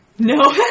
No